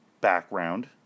background